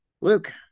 Luke